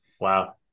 Wow